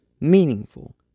meaningful